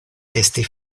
esti